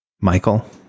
Michael